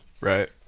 Right